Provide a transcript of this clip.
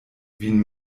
vin